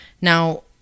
Now